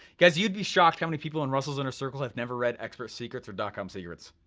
cause you'd be shocked how many people in russell's inner circle have never read expert secrets, or dotcom secrets.